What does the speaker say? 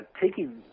taking